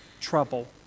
trouble